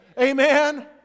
amen